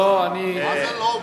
לא, אני, מה זה לא?